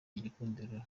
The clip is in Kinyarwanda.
igikundiro